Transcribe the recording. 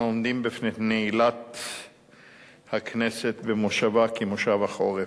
אנחנו עומדים בפני נעילת הכנסת במושבה כמושב החורף.